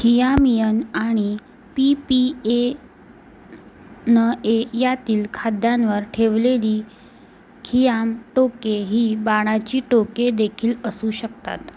खियामियन आणि P P N A यातील खाद्यांवर ठेवलेली खियाम टोके ही बाणाची टोकेदेखील असू शकतात